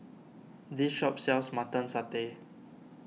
this shop sells Mutton Satay